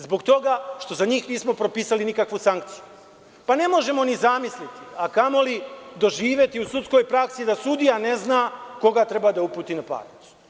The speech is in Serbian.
Zbog toga što za njih nismo propisali nikakvu sankciju, pa ne možemo ni zamisliti, a kamoli doživeti u sudskoj praksi da sudija ne zna koga treba da uputi na parnicu.